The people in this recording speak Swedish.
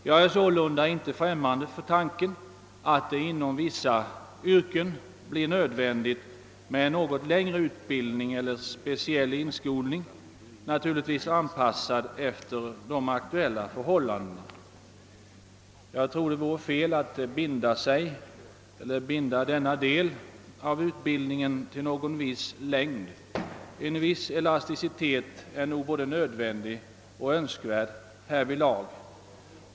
Jag är sålunda inte främmande för tanken att det inom vissa yrken blir nödvändigt med en något längre utbildning eller speciell inskolning, natur ligtvis anpassad efter de aktuella förhållandena. Jag tror att det vore fel att binda denna del av utbildningen till någon viss längd. En viss elasticitet är nog både nödvändig och önskvärd härvidlag.